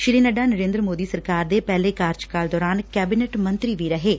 ਸ੍ਰੀ ਨੱਡਾ ਨਰੇਦਰ ਮੋਦੀ ਸਰਕਾਰ ਦੇ ਪਹਿਲੇ ਕਾਰਜਕਾਲ ਦੌਰਾਨ ਕੈਬਨਿਟ ਮੰਤਰੀ ਵੀ ਰਹੇ ਨੇ